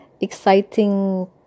exciting